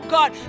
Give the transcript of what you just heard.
God